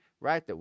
right